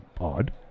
odd